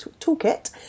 toolkit